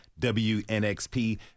WNXP